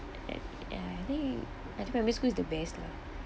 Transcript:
ya I think I think primary school is the best lah